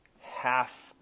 half